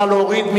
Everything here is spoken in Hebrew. נא להוריד.